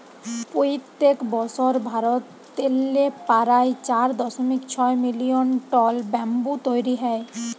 পইত্তেক বসর ভারতেল্লে পারায় চার দশমিক ছয় মিলিয়ল টল ব্যাম্বু তৈরি হ্যয়